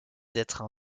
d’être